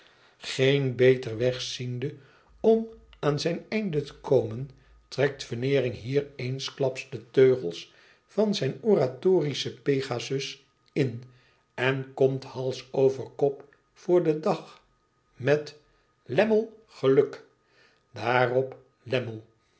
geen ber weg ziende om aan zijn einde te komen trekt veneering hier eensklaps de teugels van zijn oratorischen pegasus in en komt hate over kop voor den dag met lammie geluk daarop